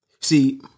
See